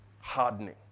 Hardening